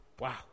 wow